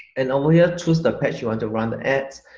and over here choose the page you want to run the ads